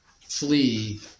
flee